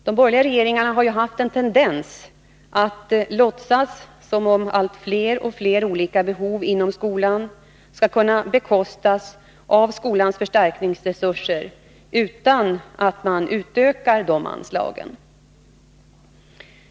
De borgerliga regeringarna har ju haft en tendens att låtsas som om allt fler olika behov inom skolan skall kunna bekostas av skolans förstärkningsresurser utan att man utökar de anslagen.